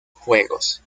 juegos